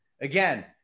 Again